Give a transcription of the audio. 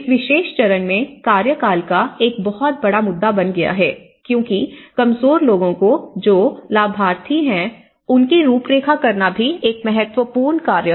इस विशेष चरण में कार्यकाल एक बड़ा मुद्दा बन गया है क्योंकि कमजोर लोगों को जो लाभार्थी हैं उनकी रूपरेखा करना भी एक महत्वपूर्ण कार्य है